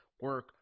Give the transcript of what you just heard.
Work